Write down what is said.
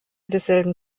desselben